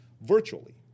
virtually